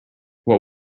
what